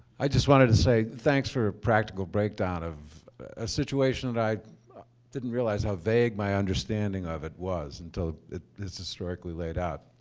i just wanted to say thanks for practical break down of a situation that i didn't realize how vague my understanding of it was until it's historically laid out.